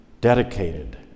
dedicated